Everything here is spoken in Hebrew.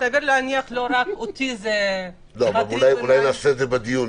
שסביר להניח שלא רק אותי הן מטרידות --- אולי נעשה את זה בדיון.